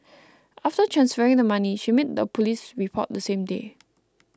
after transferring the money she made a police report that same day